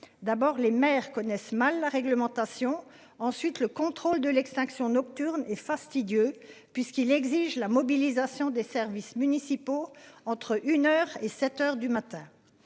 d'abord les maires connaissent mal la réglementation ensuite le contrôle de l'extinction nocturne et fastidieux puisqu'il exige la mobilisation des services municipaux entre une heure et 7h du matin.